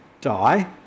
die